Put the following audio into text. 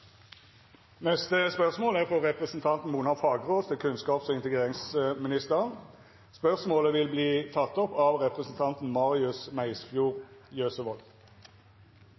representanten Mona Fagerås til kunnskaps- og integreringsministeren, vil verta teke opp av representanten Marius Meisfjord Jøsevold.